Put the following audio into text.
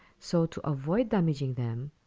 so, to avoid damaging them,